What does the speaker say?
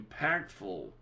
impactful